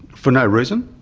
for no reason.